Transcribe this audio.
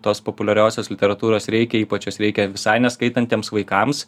tos populiariosios literatūros reikia ypač jos reikia visai neskaitantiems vaikams